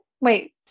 Wait